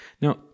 Now